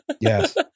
Yes